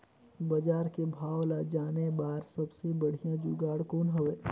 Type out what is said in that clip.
बजार के भाव ला जाने बार सबले बढ़िया जुगाड़ कौन हवय?